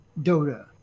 Dota